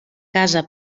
casa